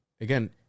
again